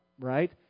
right